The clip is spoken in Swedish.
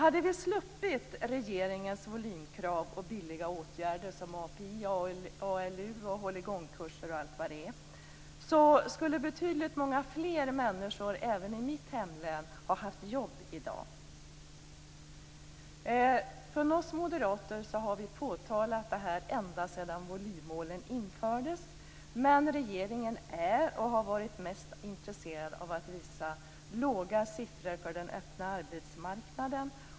Hade vi sluppit regeringens volymkrav och billiga åtgärder som API, ALU, håll-i-gång-kurser och allt vad det är skulle betydligt fler människor även i mitt hemlän ha haft jobb i dag.